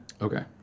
Okay